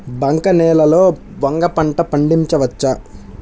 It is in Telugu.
బంక నేలలో వంగ పంట పండించవచ్చా?